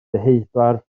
deheubarth